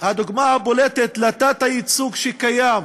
לתת-הייצוג שקיים,